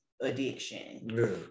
addiction